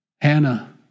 Hannah